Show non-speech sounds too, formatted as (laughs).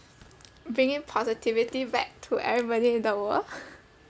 bringing positivity back to everybody in the world (laughs)